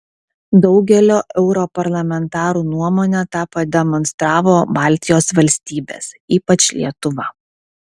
daugelio europarlamentarų nuomone tą pademonstravo baltijos valstybės ypač lietuva